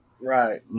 Right